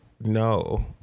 no